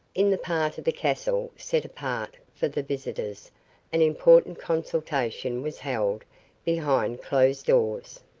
in the part of the castle set apart for the visitors an important consultation was held behind closed doors.